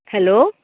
hello